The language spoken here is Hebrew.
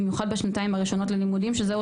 במיוחד בשנתיים הראשונות ללימודים שזהו